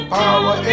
power